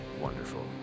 wonderful